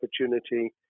opportunity